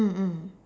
mm mm